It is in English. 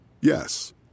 Yes